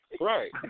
Right